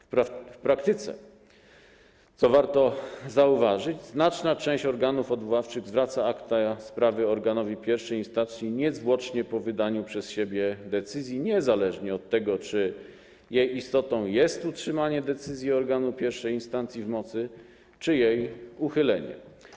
W praktyce, co warto zauważyć, znaczna część organów odwoławczych zwraca akta sprawy organowi pierwszej instancji niezwłocznie po wydaniu przez siebie decyzji, niezależnie od tego, czy jej istotą jest utrzymanie decyzji organu pierwszej instancji w mocy, czy jej uchylenie.